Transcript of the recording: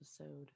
episode